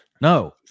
No